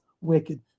wicked